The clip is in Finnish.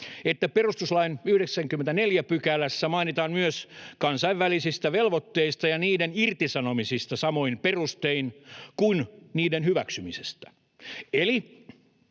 että perustuslain 94 §:ssä mainitaan myös kansainvälisistä velvoitteista ja niiden irtisanomisista samoin perustein kuin niiden hyväksymisestä. Eli